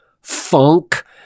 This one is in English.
funk